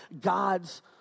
God's